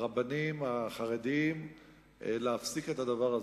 הרבנים החרדים להפסיק את הדבר הזה,